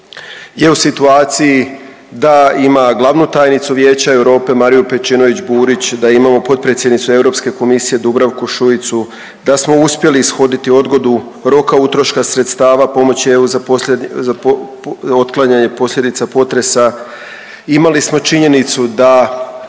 je u situaciji da ima glavnu tajnicu Vijeća EU, Mariju Pejčinović Burić, da imamo potpredsjednicu Europske komisije Dubravku Šuicu, da smo uspjeli ishoditi odgodu roka utroška sredstava, pomoći EU za otklanjanje posljedica potresa, imali smo činjenicu da